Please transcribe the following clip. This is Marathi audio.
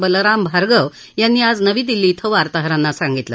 बलराम भार्गव यांनी आज नवी दिल्ली क्वें वार्ताहरांना सांगितलं